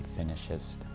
Finishes